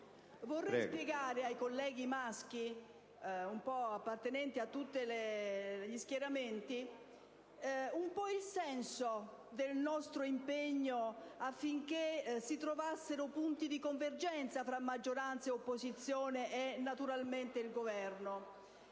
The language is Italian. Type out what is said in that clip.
Vorrei spiegare ai colleghi maschi appartenenti a tutti gli schieramenti il senso del nostro impegno affinché si trovassero punti di convergenza tra maggioranza, opposizione e Governo.